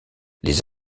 les